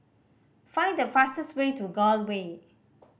find the fastest way to Gul Way